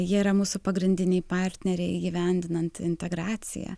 jie yra mūsų pagrindiniai partneriai įgyvendinant integraciją